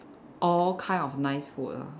all kind of nice food lah